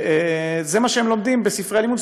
זה מה שהם לומדים בספרי הלימוד,